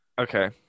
okay